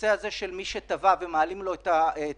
הנושא הזה של מי שתבע ומעלים לו את המחיר